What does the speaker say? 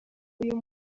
uyu